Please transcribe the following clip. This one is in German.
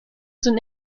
sind